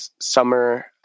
summer